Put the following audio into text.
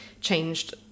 changed